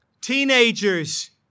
Teenagers